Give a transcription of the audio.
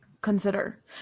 consider